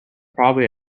probably